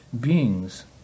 beings